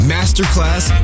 Masterclass